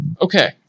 Okay